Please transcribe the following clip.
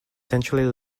centrally